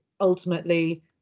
ultimately